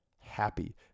happy